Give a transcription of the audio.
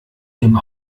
dem